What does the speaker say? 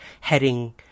heading